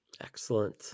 Excellent